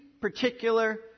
particular